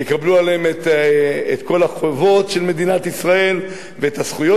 יקבלו עליהם את כל החובות של מדינת ישראל ואת הזכויות